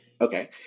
Okay